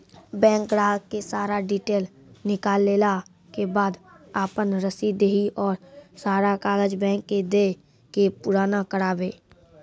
Bank ग्राहक के सारा डीटेल निकालैला के बाद आपन रसीद देहि और सारा कागज बैंक के दे के पुराना करावे?